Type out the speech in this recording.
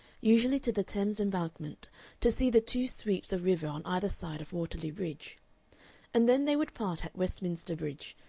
usually to the thames embankment to see the two sweeps of river on either side of waterloo bridge and then they would part at westminster bridge,